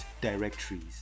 directories